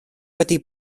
wedi